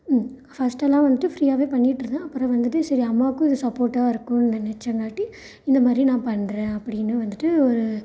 ஃபஸ்ட்டெல்லாம் வந்துட்டு ஃப்ரீயாகவே பண்ணிகிட்டு இருந்தேன் அப்புறம் வந்துட்டு சரி அம்மாவுக்கும் இது சப்போட்டாக இருக்கும் நினச்சங்காட்டி இந்த மாதிரி நான் பண்ணுறேன் அப்படின்னு வந்துட்டு ஒரு